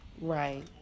Right